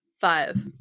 Five